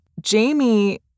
Jamie